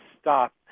stop